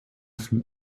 from